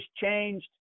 changed